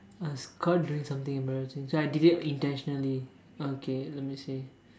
I was caught doing something embarrassing so I did it intentionally okay let me see